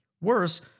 Worse